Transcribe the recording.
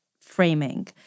framing